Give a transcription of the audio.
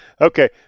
Okay